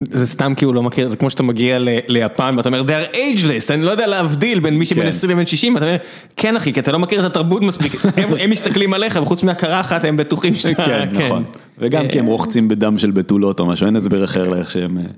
זה סתם כי הוא לא מכיר, זה כמו שאתה מגיע ליפן, ואתה אומר, They are ageless, אני לא יודע להבדיל בין מי שבן 20 ובן 60, אתה אומר, כן אחי, כי אתה לא מכיר את התרבות מספיק, הם מסתכלים עליך, וחוץ מהכרה אחת, הם בטוחים שאתה, כן. וגם כי הם רוחצים בדם של בתולות או משהו, אין הסבר אחר לאיך שהם..